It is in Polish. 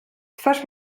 twarz